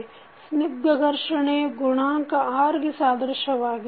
ಸ್ಥಿಗ್ಧ ಘರ್ಷಣೆ ಗುಣಾಂಕ R ಗೆ ಸಾದೃಶ್ಯವಾಗಿದೆ